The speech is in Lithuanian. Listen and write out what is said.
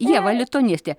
ieva lituanistė